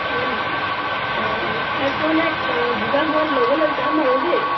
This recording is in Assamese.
হয় নেকি অঁ আমি খাই পোৱা নাই জিফাৰ সোৱাদ ল'বলৈ যাম আৰু দেই